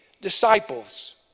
disciples